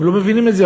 הם לא מבינים את זה.